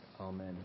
Amen